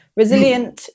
resilient